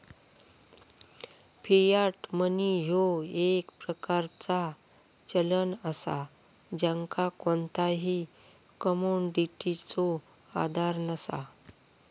Fiat money ह्यो एक प्रकारचा चलन असा ज्याका कोणताही कमोडिटीचो आधार नसा